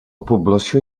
població